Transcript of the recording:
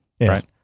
Right